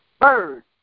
Bird